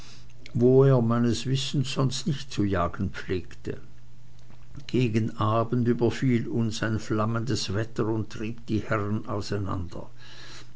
wo er meines wissens sonst nicht zu jagen pflegte gegen abend überfiel uns ein flammendes wetter und trieb die herren auseinander